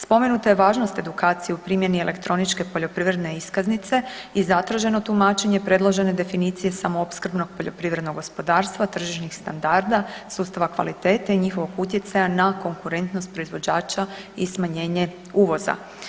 Spomenuta je važnost edukacije u primjeni elektroničke poljoprivredne iskaznice i zatraženo tumačenje predložene definicije samoopskrbnog poljoprivrednog gospodarstva, tržišnih standarda, sustava kvalitete i njihovog utjecaja na konkurentnost proizvođača i smanjenje uvoza.